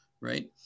right